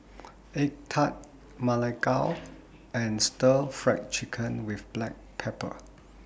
Egg Tart Ma Lai Gao and Stir Fry Chicken with Black Pepper